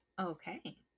Okay